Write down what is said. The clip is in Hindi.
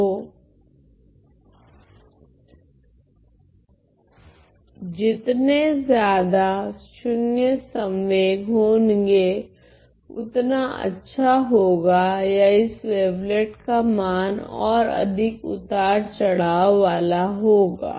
तो जितने ज्यादा शून्य संवेग होगे उतना अच्छा होगा या इस वेवलेट का मान ओर अधिक उतार चढाव वाला होगा